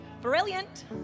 Brilliant